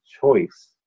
choice